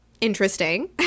Interesting